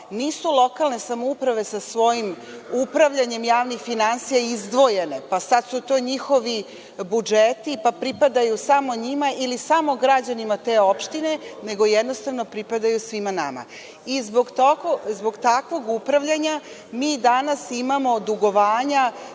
nisu lokalne samouprave sa svojim upravljanjem javnim finansijama izdvojene pa su sada to njihovi budžeti, pa pripadaju samo njima ili samo građanima te opštine, nego jednostavno pripadaju svima nama. Zbog takvog upravljanja mi danas imamo dugovanja